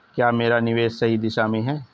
क्या मेरा निवेश सही दिशा में है?